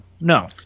No